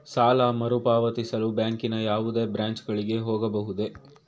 ಸಾಲ ಮರುಪಾವತಿಸಲು ಬ್ಯಾಂಕಿನ ಯಾವುದೇ ಬ್ರಾಂಚ್ ಗಳಿಗೆ ಹೋಗಬಹುದೇ?